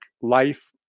life